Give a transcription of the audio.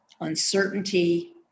uncertainty